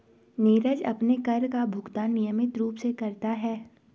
नीरज अपने कर का भुगतान नियमित रूप से करता है